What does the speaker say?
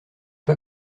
pas